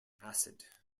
acid